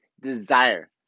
desire